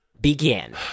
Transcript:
Begin